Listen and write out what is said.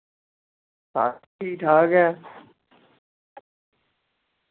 ठीक ठाक ऐ